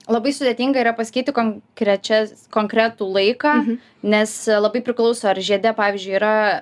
labai sudėtinga yra paskirti konkrečias konkretų laiką nes labai priklauso ar žiede pavyzdžiui yra